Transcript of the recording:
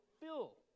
fill